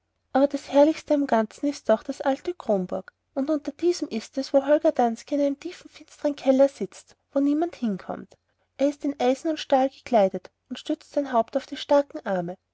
aber das herrlichste am ganzen ist doch das alte kronburg und unter diesem ist es wo holger danske in dem tiefen finstern keller sitzt wo niemand hinkommt er ist in eisen und stahl gekleidet und stützt sein haupt auf die starken arme